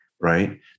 right